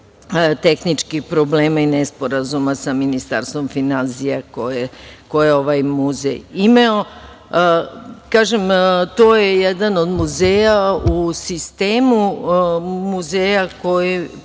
tehničkih problema i nesporazuma sa Ministarstvom finansija koje je ovaj muzej imao. Kažem, to je jedan od muzeja u sistemu muzeja koji